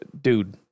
dude